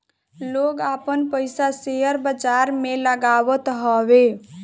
लोग आपन पईसा शेयर बाजार में लगावत हवे